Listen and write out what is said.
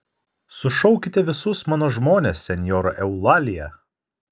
sušaukite visus mano žmones senjora eulalija